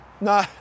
No